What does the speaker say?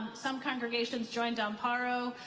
some congregations joined ah ammparo.